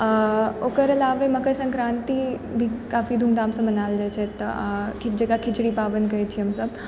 ओकर अलावे मकरसङ्क्रान्ति भी काफी धुमधामसँ मनायल जाइ छै तऽ किछु जगह खिचड़ी पाबनि कहै छी हमसब